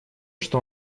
что